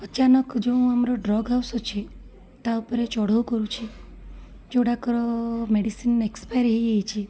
ଅଚାନକ ଯେଉଁ ଆମର ଡ୍ରଗ ହାଉସ୍ ଅଛି ତାଉପରେ ଚଢ଼ଉ କରୁଛି ଯେଉଁଟାକର ମେଡ଼ିସିନ୍ ଏକ୍ସପାୟାର ହେଇଯାଇଛି